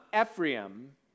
Ephraim